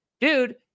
dude